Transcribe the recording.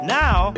now